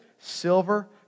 silver